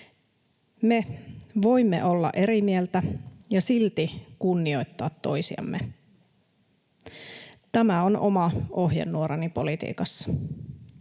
Me voimme olla eri mieltä ja silti kunnioittaa toisiamme. Tämä on oma ohjenuorani politiikassa.